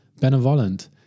benevolent